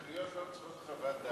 התנחלויות לא צריכות חוות דעת.